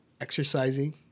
exercising